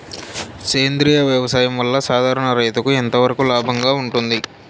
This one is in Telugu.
సేంద్రియ వ్యవసాయం వల్ల, సాధారణ రైతుకు ఎంతవరకు లాభంగా ఉంటుంది?